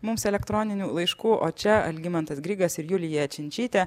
mums elektroninių laiškų o čia algimantas grigas ir julija činčytė